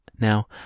Now